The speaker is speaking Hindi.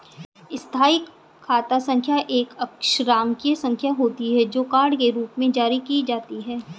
स्थायी खाता संख्या एक अक्षरांकीय संख्या होती है, जो कार्ड के रूप में जारी की जाती है